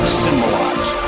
symbolize